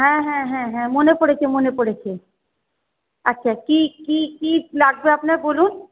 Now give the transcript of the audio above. হ্যাঁ হ্যাঁ হ্যাঁ হ্যাঁ মনে পড়েছে মনে পড়েছে আচ্ছা কী কী কী লাগবে আপনার বলুন